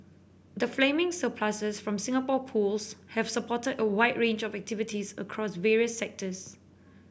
the gaming surpluses from Singapore Pools have supported a wide range of activities across various sectors